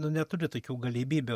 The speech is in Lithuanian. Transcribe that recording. nu neturi tokių galimybių